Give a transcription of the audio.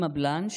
אימא בלנש,